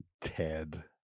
Ted